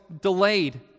delayed